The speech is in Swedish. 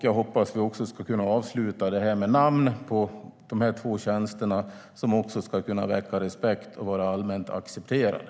Jag hoppas att vi ska kunna avsluta det med namn på dessa två tjänster som ska kunna väcka respekt och vara allmänt accepterade.